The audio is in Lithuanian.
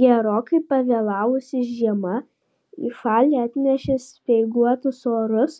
gerokai pavėlavusi žiema į šalį atnešė speiguotus orus